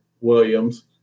Williams